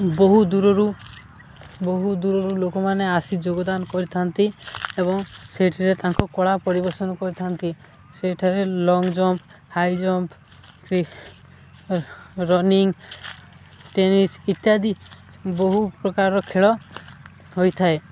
ବହୁ ଦୂରରୁ ବହୁ ଦୂରରୁ ଲୋକମାନେ ଆସି ଯୋଗଦାନ କରିଥାନ୍ତି ଏବଂ ସେଇଠରେ ତାଙ୍କ କଳା ପରିବେଷନ କରିଥାନ୍ତି ସେଇଠାରେ long jump high jump running tennis ଇତ୍ୟାଦି ବହୁ ପ୍ରକାରର ଖେଳ ହୋଇଥାଏ